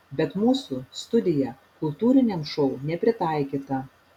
bet mūsų studija kultūriniam šou nepritaikyta